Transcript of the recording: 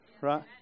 right